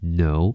no